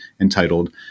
entitled